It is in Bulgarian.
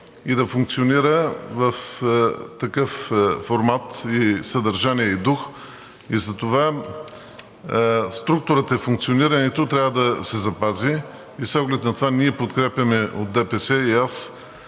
да функционира в такъв формат, съдържание и дух и затова структурата и функционирането трябва да се запази. С оглед на това ние – от ДПС, и